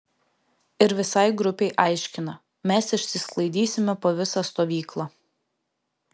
ir visai grupei aiškina mes išsisklaidysime po visą stovyklą